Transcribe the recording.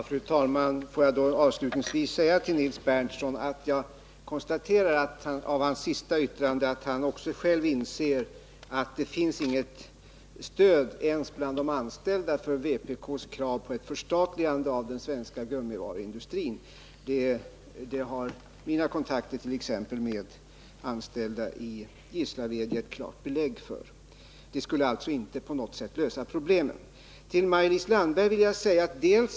Fru talman! Får jag avslutningsvis säga till Nils Berndtson att jag av hans senaste yttrande kan konstatera att också han själv inser att det inte finns något stöd ens bland de anställda för vpk:s krav på ett förstatligande av den svenska gummivaruindustrin. Det har mina kontakter. t.ex. med anställda i Gislaved. gett klart belägg för. Ett förstatligande skulle alltså inte på något sätt lösa problemen. Till Maj-Lis Landberg vill jag säga följande.